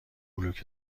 بلوک